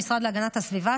המשרד להגנת הסביבה,